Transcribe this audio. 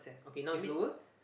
okay now it's lower